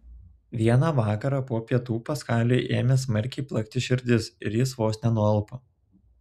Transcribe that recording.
vieną vakarą po pietų paskaliui ėmė smarkiai plakti širdis ir jis vos nenualpo